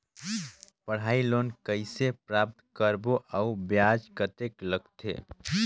पढ़ाई लोन कइसे प्राप्त करबो अउ ब्याज कतेक लगथे?